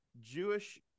Jewish